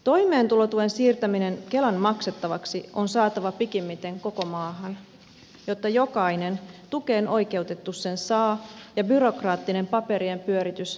toimeentulotuen siirtäminen kelan maksettavaksi on saatava pikimmiten koko maahan jotta jokainen tukeen oikeutettu sen saa ja byrokraattinen paperien pyöritys vähenee